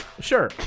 sure